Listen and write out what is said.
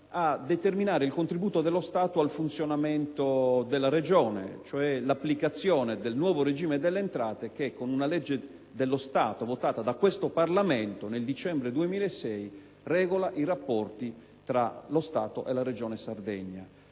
a determinare il contributo dello Stato al funzionamento della Regione, cioè l'applicazione del nuovo regime delle entrate, che con una legge dello Stato, votata da questo Parlamento nel dicembre 2006, regola i rapporti tra lo Stato e la Regione Sardegna.